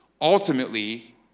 ultimately